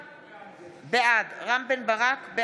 בעד ניר ברקת,